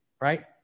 right